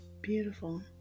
Beautiful